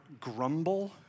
grumble